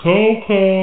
Coco